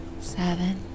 seven